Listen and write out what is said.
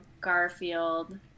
Garfield